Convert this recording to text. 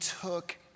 took